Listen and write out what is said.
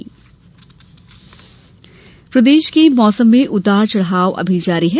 मौसम प्रदेश के मौसम में उतार चढ़ाव अभी भी जारी है